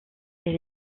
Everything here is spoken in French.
elle